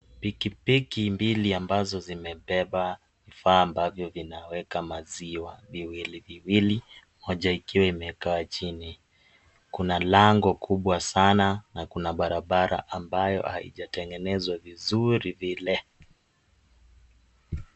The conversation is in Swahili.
Pikipiki mbili ambazo zimebeba vifaa ambavyo vinaweka maziwa viwili viwili moja ikiwa imekaa chini. Kuna lango kubwa sana, na kuna barabara ambayo haijatengenezwa vizuri vile.